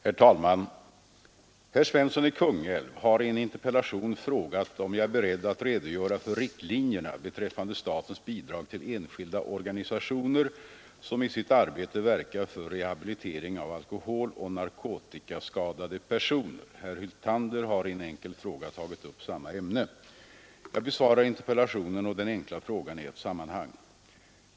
Herr talman! Herr Svensson i Kungälv har i en interpellation frågat om jag är beredd att redogöra för riktlinjerna beträffande statens bidrag till enskilda organisationer som i sitt arbete verkar för rehabilitering av alkoholoch narkotikaskadade personer. Herr Hyltander har i en enkel fråga tagit upp samma ämne. Jag besvarar interpellationen och den enkla frågan i ett sammanhang.